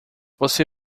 você